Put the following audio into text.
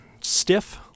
stiff